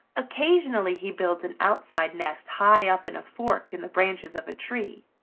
occasionally he builds an outside nest high up in a fork in the branches of a tree.